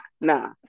Nah